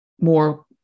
more